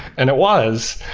and it was,